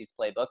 playbook